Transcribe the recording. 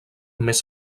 més